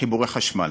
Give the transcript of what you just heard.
חיבורי החשמל.